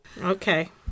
Okay